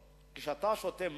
אתה לא יכול להגיד: אני מתחיל